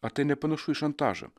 ar tai nepanašu į šantažą